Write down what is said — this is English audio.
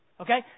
Okay